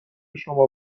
شما